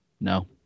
No